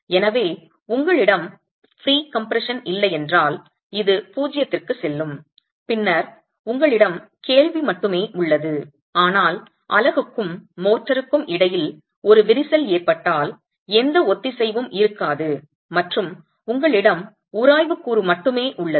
எனவே உங்களிடம் ப்ரீகம்ப்ரஷன் இல்லையென்றால் இது பூஜ்ஜியத்திற்குச் செல்லும் பின்னர் உங்களிடம் கேள்வி மட்டுமே உள்ளது ஆனால் அலகுக்கும் மோர்டார்க்கும் இடையில் ஒரு விரிசல் ஏற்பட்டால் எந்த ஒத்திசைவும் இருக்காது மற்றும் உங்களிடம் உராய்வு கூறு மட்டுமே உள்ளது